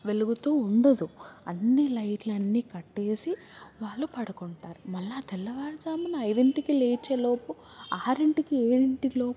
వెలుగుతూ ఉండదు అన్ని లైట్లన్నీ కట్టేసి వాళ్ళు పడుకుంటారు మళ్ళీ తెల్లవారుజామున ఐదింటికే లేచేలోపు ఆరింటికి ఏడింటిలోపు